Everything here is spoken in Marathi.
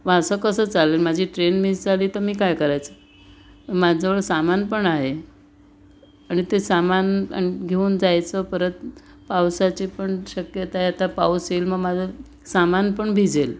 मग असं कसं चालेल माझी ट्रेन मिस झाली तर मी काय करायचं माझं सामान पण आहे आणि ते सामान घेऊन जायचं परत पावसाची पण शक्यता आहे आता पाऊस येईल मग माझं सामान पण भिजेल